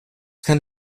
kein